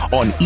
on